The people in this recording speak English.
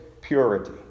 purity